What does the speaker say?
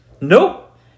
Nope